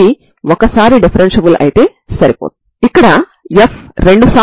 మీరు a x b అయినప్పుడుpxyqyλwy→1